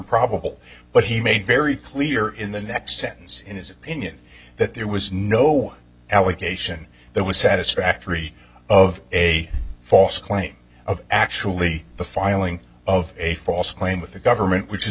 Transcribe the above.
probable but he made very clear in the next sentence in his opinion that there was no allegation that was satisfactory of a false claim of actually the filing of a false claim with the government which is